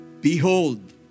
Behold